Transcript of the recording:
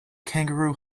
kangaroo